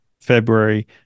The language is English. February